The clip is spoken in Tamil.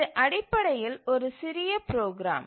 இது அடிப்படையில் ஒரு சிறிய ப்ரோக்ராம்